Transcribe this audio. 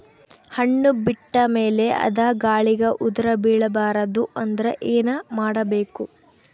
ಹಣ್ಣು ಬಿಟ್ಟ ಮೇಲೆ ಅದ ಗಾಳಿಗ ಉದರಿಬೀಳಬಾರದು ಅಂದ್ರ ಏನ ಮಾಡಬೇಕು?